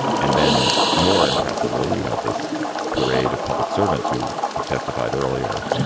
and then more impressively, you have this parade of public servants who have testified earlier